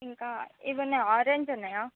ఇంకా ఇవి ఉన్నాయా ఆరంజ్ ఉన్నాయా